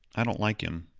i don't like him.